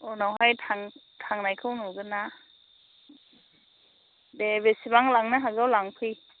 उनावहाय थांनायखौ नुगोन ना दे बेसिबां लांनो हागौ लांफै